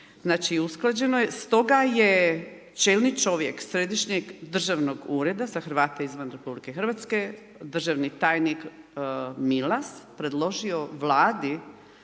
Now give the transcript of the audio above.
znači usklađeno je. Stoga je čelni čovjek Središnjeg držanog ureda za Hrvate izvan RH, državni tajnik Milas predložio Vladi